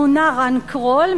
מונה רן קרול,